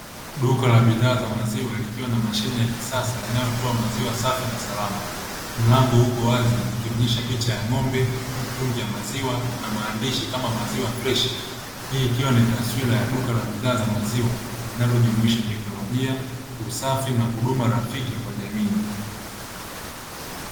Duka la bidhaa za maziwa likiwa na mashine za kisasa inayotoa maziwa safi na salama, mlango ukiwa wazi ikionyesha picha ya ng'ombe mtungi wa maziwa likiwa na maandishi kama maziwa freshi, hii ikiwa ni taswira ya duka la bidhaa za maziwa linalojumuisha teknolojia usafi na huduma rafiki kwa jamii.